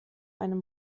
einem